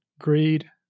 greed